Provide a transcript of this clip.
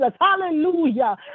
Hallelujah